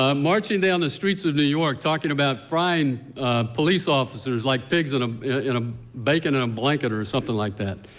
ah marching down the streets of new york talking about frying police officers like pigs and um ah bacon in a blanket or something like that.